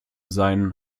sein